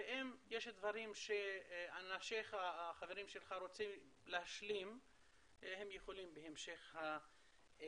ואם יש דברים שהחברים שלך רוצים להשלים הם יוכלו בהמשך הדיון.